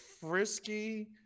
frisky